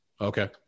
Okay